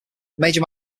major